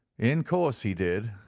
in course he did,